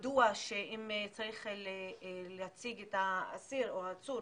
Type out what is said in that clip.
מדוע, אם צריך להציג את האסיר או העצור